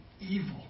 evil